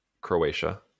Croatia